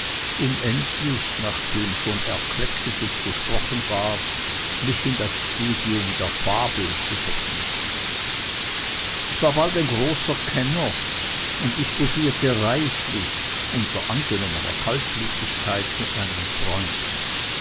um endlich nachdem schon erkleckliches gesprochen war mich in das studium der fabel zu vertiefen ich war bald ein großer kenner und disputierte reichlich unter angenommener kaltblütigkeit mit meinen freunden